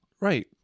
Right